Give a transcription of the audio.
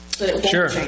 Sure